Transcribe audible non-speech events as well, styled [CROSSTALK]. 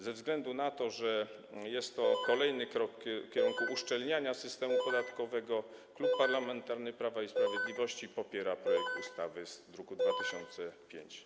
Ze względu na to, że jest to [NOISE] kolejny krok w kierunku uszczelniania systemu podatkowego, Klub Parlamentarny Prawo i Sprawiedliwość popiera projekt ustawy z druku nr 2005.